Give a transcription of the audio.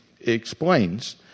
explains